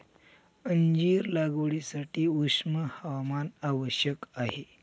अंजीर लागवडीसाठी उष्ण हवामान आवश्यक आहे